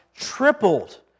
tripled